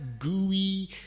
gooey